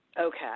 Okay